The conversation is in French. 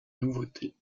nouveautés